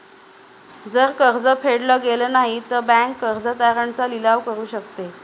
जर कर्ज फेडल गेलं नाही, तर बँक कर्ज तारण चा लिलाव करू शकते